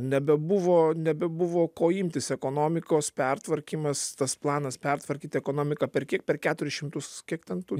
nebebuvo nebebuvo ko imtis ekonomikos pertvarkymas tas planas pertvarkyt ekonomiką per kiek per keturis šimtus kiek ten tų